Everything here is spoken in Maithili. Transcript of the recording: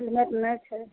हेलमेट नहि छै